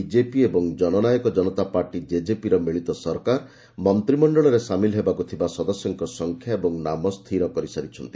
BJP ଏବଂ Jannayak Janta Party କ୍ଷେଜେପିର ମିଳିତ ସରକାର ମନ୍ତ୍ରିମଣ୍ଡଳରେ ସାମିଲ ହେବାକୁ ଥିବା ସଦସ୍ୟଙ୍କ ସଂଖ୍ୟା ଏବଂ ନାମ ସ୍ଥିର କରିସାରିଛନ୍ତି